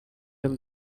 him